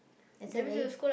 is that right